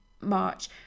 March